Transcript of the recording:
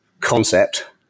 concept